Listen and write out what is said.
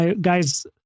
guys